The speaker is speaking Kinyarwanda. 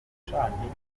bitandukanye